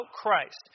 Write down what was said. Christ